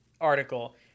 article